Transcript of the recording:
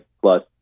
plus